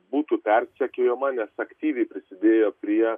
būtų persekiojama nes aktyviai prisidėjo prie